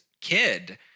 kid